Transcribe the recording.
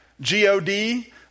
G-O-D